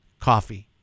coffee